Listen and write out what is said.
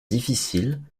difficile